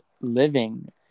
living